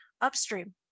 upstream